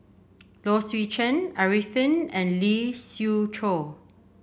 Low Swee Chen Arifin and Lee Siew Choh